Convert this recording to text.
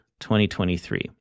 2023